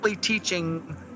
teaching